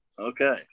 okay